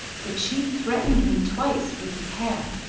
the chief threatened me twice with his hand,